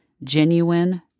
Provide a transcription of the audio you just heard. Genuine